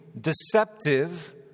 deceptive